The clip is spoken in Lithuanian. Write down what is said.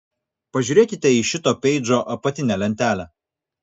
pažiūrėkite į šito peidžo apatinę lentelę